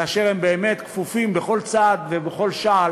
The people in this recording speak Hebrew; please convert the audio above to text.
כאשר הם באמת כפופים בכל צעד ובכל שעל